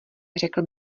řekl